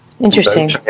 Interesting